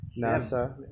NASA